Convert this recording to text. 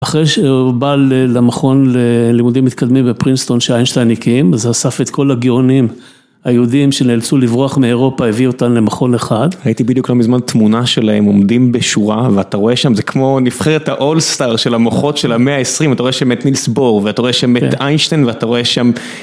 אחרי שהוא בא למכון ללימודים מתקדמים בפרינסטון שאיינשטיין הקים, אז אסף את כל הגאונים היהודיים שנאלצו לברוח מאירופה, הביא אותם למכון אחד. ראיתי בדיוק לא מזמן, תמונה שלהם עומדים בשורה ואתה רואה שם, זה כמו נבחרת האולסטאר של המוחות של המאה העשרים, אתה רואה שם את נילס בוהר ואתה רואה שם את איינשטיין ואתה רואה שם...